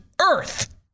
Earth